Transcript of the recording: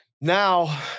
now